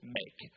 make